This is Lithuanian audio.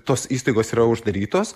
tos įstaigos yra uždarytos